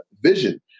vision